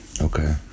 Okay